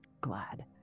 glad